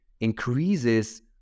increases